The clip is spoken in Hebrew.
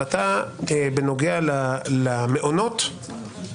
שההחלטה שמתקבלת על ידי בית המשפט היא בהגדרה טובה יותר --- לא.